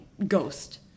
ghost